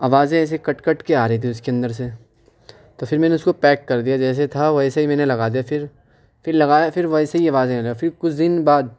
آوازیں ایسے کٹ کٹ کے آ رہی تھیں اس کے اندر سے تو پھر میں نے اس کو پیک کر دیا جیسے تھا ویسے ہی میں نے لگا دیا پھر پھر لگایا پھر ویسے ہی آوازیں آنا پھر کچھ دن بعد